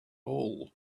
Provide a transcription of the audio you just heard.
all